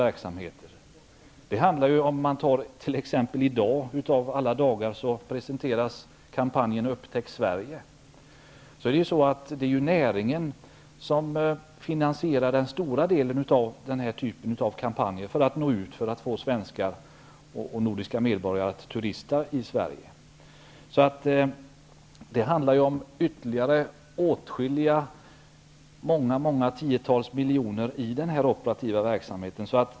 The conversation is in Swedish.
I dag presenteras t.ex. kampanjen Upptäck Sverige. Det är näringen som finansierar den större delen av sådana kampanjer, för att nå ut och få svenskar och andra nordiska medborgare att turista i Sverige. Det handlar om ytterligare åtskilliga tiotals miljoner i den operativa verksamheten.